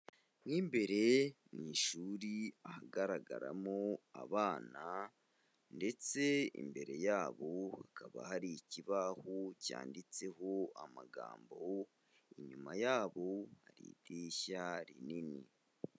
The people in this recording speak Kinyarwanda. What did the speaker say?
Mo imbere mu ishuri, ahagaragaramo abana ndetse imbere yabo hakaba hari ikibaho cyanditseho amagambo, inyuma yabo hari idirishya rinini.